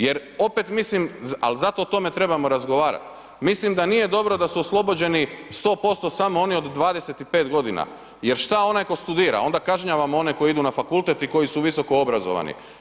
Jer opet mislim ali zato o tome trebamo razgovarati, mislim da nije dobro da su oslobođeni 100% samo oni od 25 godina jer šta onaj koji studira, onda kažnjavamo one koji idu na fakultet i koji su visoko obrazovani.